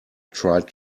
tried